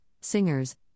singers